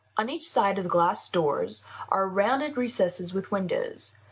on each side of the glass doors are rounded recesses with windows.